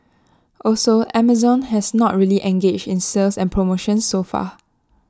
also Amazon has not really engaged in sales and promotions so far